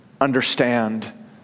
understand